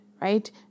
Right